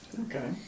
Okay